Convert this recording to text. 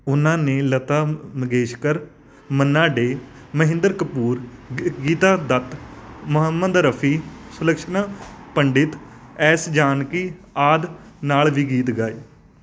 ਉਨ੍ਹਾਂ ਨੇ ਲਤਾ ਮੰਗੇਸ਼ਕਰ ਮੰਨਾ ਡੇ ਮਹਿੰਦਰ ਕਪੂਰ ਗ ਗੀਤਾ ਦੱਤ ਮੁਹੰਮਦ ਰਫ਼ੀ ਸੁਲਕਸ਼ਣਾ ਪੰਡਿਤ ਐਸ ਜਾਨਕੀ ਆਦਿ ਨਾਲ ਵੀ ਗੀਤ ਗਾਏ